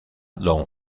don